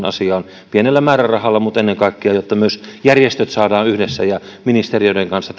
asiaan pienellä määrärahalla ennen kaikkea jotta myös järjestöt saadaan tätä ohjelmaa tekemään yhdessä ja ministeriöiden kanssa